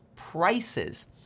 prices